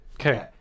Okay